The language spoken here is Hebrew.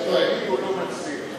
להיפך, שתמיד הוא לא מצליח.